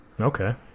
Okay